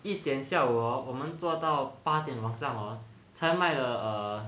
一点下午 hor 我们做到八点晚上 hor 才买了 err